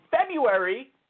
February